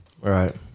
Right